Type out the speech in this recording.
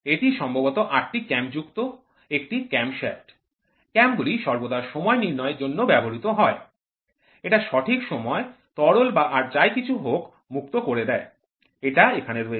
এটি সম্ভবত ৮ টি ক্যাম যুক্ত একটি ক্যাম শ্যাফ্ট ক্যাম গুলি সর্বদা সময় নির্ণয়ের জন্য ব্যবহৃত হয় এটা সঠিক সময় তরল বা আর যাই কিছু হোক মুক্ত করে দেয় এটা এখানে রয়েছে